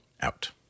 out